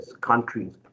countries